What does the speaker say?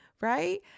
right